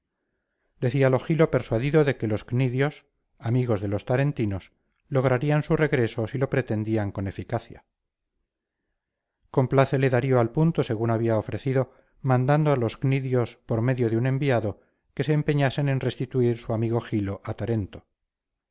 intento decíalo gilo persuadido de que los cnidios amigos de los tarentinos lograrían su regreso si lo pretendían con eficacia complácele darío al punto según había ofrecido mandando a los cnidios por medio de un enviado que se empeñasen en restituir su amigo gilo a tarento